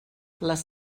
les